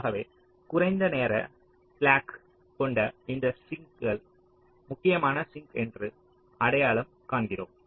ஆகவே குறைந்த நேர ஸ்லாக்ஐக் கொண்ட இந்த சிங்க் ஐ முக்கியமான சிங்க் என்று அடையாளம் காண்கிறோம்